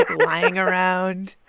like lying around?